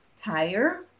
tire